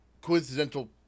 coincidental